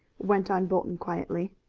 went on bolton quietly.